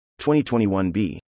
2021b